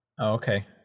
okay